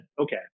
okay